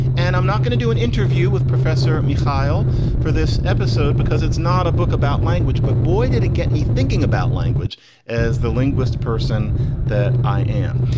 and i'm not going to do an interview with professor mikail for this episode because it's not a book about language. but boy, did it get me thinking about language as the linguist person that i am.